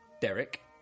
Derek